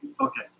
Okay